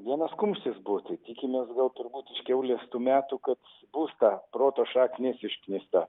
vienas kumštis būti tikimės gal turbūt iš kiaulės tų metų kad bus ta proto šaknis išknista